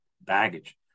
baggage